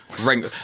ring